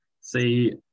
See